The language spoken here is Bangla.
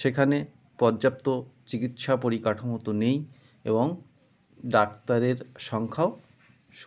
সেখানে পর্যাপ্ত চিকিৎসা পরিকাঠামো তো নেই এবং ডাক্তারের সংখ্যাও